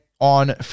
on